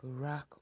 Barack